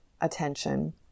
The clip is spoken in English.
attention